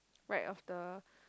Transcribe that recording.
right of the